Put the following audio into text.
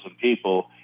people